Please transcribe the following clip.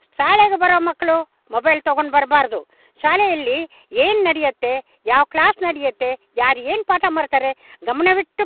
ಶಾಲೆಗೆ ಬರೋ ಮಕ್ಳು ಮೊಬೈಲ್ ತೊಗೊಂಡು ಬರಬಾರ್ದು ಶಾಲೆಯಲ್ಲಿ ಏನು ನಡೆಯುತ್ತೆ ಯಾವ ಕ್ಲಾಸ್ ನಡೆಯುತ್ತೆ ಯಾರು ಏನು ಪಾಠ ಮಾಡ್ತಾರೆ ಗಮನವಿಟ್ಟು